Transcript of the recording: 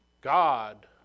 God